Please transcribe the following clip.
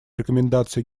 рекомендации